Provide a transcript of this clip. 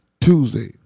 Tuesday